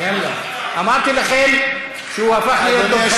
אמרתי לכם שהוא הפך להיות כוחני.